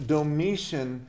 Domitian